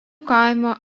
kaimo